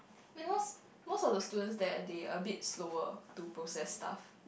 because most of the students there they are a bit slower to process stuff